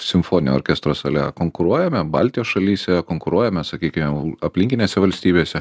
simfoninio orkestro sale konkuruojame baltijos šalyse konkuruojame sakykim aplinkinėse valstybėse